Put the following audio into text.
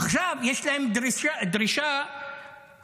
עכשיו יש להם דרישה ברורה,